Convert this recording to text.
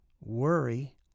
worry